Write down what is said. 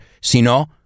sino